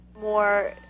more